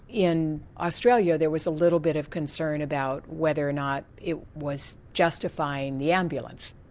in australia, there was a little bit of concern about whether or not it was justifying the ambulance.